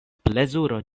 plezuro